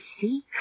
See